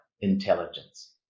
intelligence